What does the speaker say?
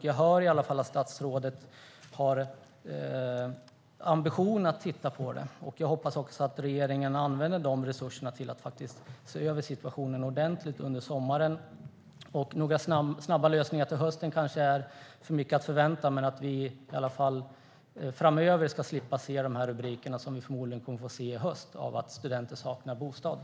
Jag hör i alla fall att statsrådet har ambitionen att titta på det. Jag hoppas också att regeringen använder de resurserna till att faktiskt se över situationen ordentligt under sommaren. Några snabba lösningar till hösten kanske är för mycket att förvänta sig. Men jag hoppas att vi i alla fall framöver ska slippa se de rubriker som vi förmodligen kommer att få se i höst som handlar om att studenter saknar bostäder.